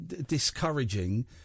discouraging